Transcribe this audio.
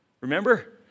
Remember